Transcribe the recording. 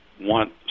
want